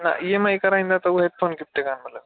न E M I कराईंदा त उहे हेडफ़ोन गिफ़्ट कोन्ह मिलंदो तव्हांखे